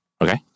Okay